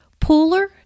Pooler